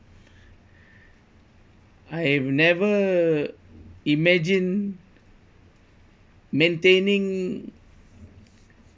I've never imagine maintaining